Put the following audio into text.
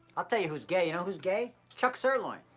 i'll tell ya who's gay, you know who's gay? chuck sirloin.